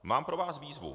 Mám pro vás výzvu.